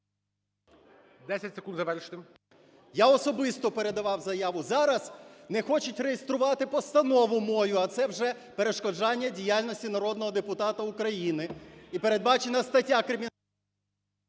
Я особисто передавав заяву. Зараз не хочуть реєструвати постанову мою, а це вже перешкоджання діяльності народного депутата України